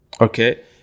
okay